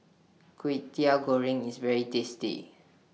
Kwetiau Goreng IS very tasty